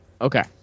Okay